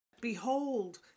Behold